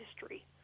history